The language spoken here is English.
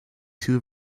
two